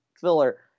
filler